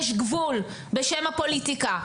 יש גבול בשם הפוליטיקה.